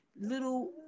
little